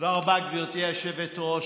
תודה רבה, גברתי היושבת-ראש.